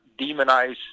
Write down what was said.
demonize